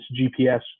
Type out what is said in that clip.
GPS